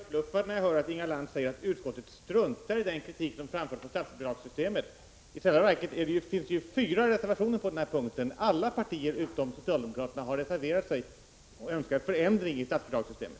Herr talman! Jag blir helt förbluffad när jag hör Inga Lantz säga att utskottet struntar i den kritik som framförts mot statsbidragssystemet. I själva verket finns det fyra reservationer på den punkten. Alla partier utom socialdemokraterna har reserverat sig och önskar förändring i statsbidragssystemet.